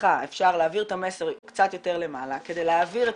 מבחינתך אפשר להעביר את המסר קצת יותר למעלה כדי להעביר את